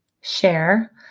share